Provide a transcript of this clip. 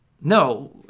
No